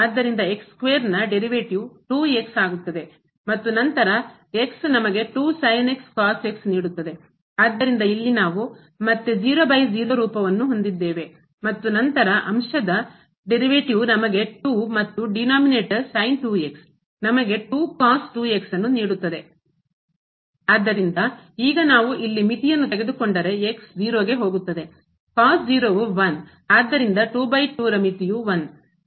ಆದ್ದರಿಂದ derivative ವ್ಯುತ್ಪನ್ನವು ಮತ್ತು ನಂತರ ನಮಗೆ ಆದ್ದರಿಂದ ಇಲ್ಲಿ ನಾವು ಮತ್ತೆ 00 ರೂಪವನ್ನು ಹೊಂದಿದ್ದೇವೆ ಮತ್ತು ನಂತರ ಅಂಶದ derivative ವ್ಯುತ್ಪನ್ನವು ನಮಗೆ 2 ಮತ್ತು denoninator ಛೇದ ನಮಗೆ ನ್ನು ಆದ್ದರಿಂದ ಈಗ ನಾವು ಇಲ್ಲಿ ಮಿತಿಯನ್ನು ತೆಗೆದುಕೊಂಡರೆ 0 ಗೆ ಹೋಗುತ್ತದೆ cos 0 ವು 1 ಆದ್ದರಿಂದ 22 ರ ಮಿತಿಯು 1